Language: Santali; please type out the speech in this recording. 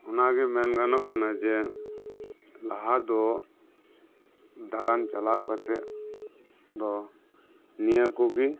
ᱚᱱᱟᱜᱮ ᱢᱮᱱ ᱜᱟᱱᱚᱜ ᱠᱟᱱᱟ ᱡᱮ ᱞᱟᱦᱟ ᱫᱚ ᱫᱟᱬᱟᱱ ᱪᱟᱞᱟᱣ ᱠᱟᱛᱮᱜ ᱫᱚ ᱱᱤᱭᱟᱹ ᱠᱚᱜᱮ